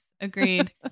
Agreed